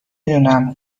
دونم